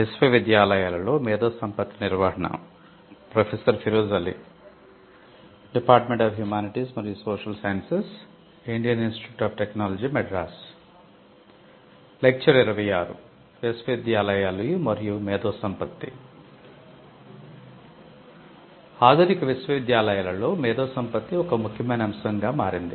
విశ్వవిద్యాలయాలు మరియు మేధోసంపత్తి ఆధునిక విశ్వవిద్యాలయాలలో మేధోసంపత్తి ఒక ముఖ్యమైన అంశంగా మారింది